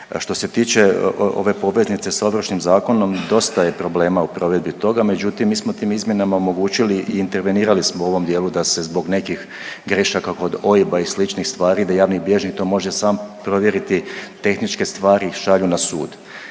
Što se tiče ove poveznice s Ovršnim zakonom dosta je problema u provedbi toga, međutim mi smo tim izmjenama omogućili i intervenirali smo u ovom dijelu da se zbog nekih grešaka kod OIB-a i sličnih stvari da javni bilježnik to može sam provjeriti i tehničke stvari šalju na sud.